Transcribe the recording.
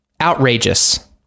outrageous